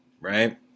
right